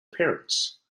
parents